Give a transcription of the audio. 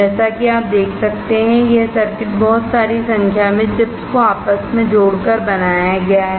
जैसा कि आप देख सकते हैं यह सर्किट बहुत सारी संख्या में चिप्स को आपस में जोड़कर बनाया गया है